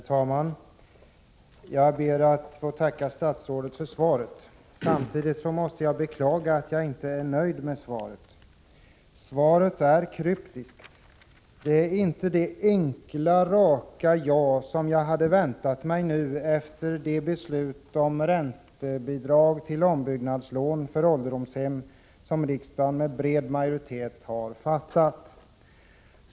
Herr talman! Jag ber att få tacka statsrådet för svaret. Samtidigt måste jag beklaga att jag inte är nöjd med svaret. Svaret är kryptiskt. Det innebär inte det enkla, raka ja som jag hade väntat mig nu efter det beslut om räntebidrag till ombyggnadslån för ålderdomshem som riksdagen med bred majoritet har fattat.